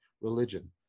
religion